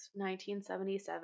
1977